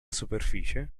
superficie